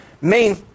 main